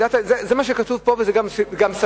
זה מה שכתוב כאן וזה גם סביר,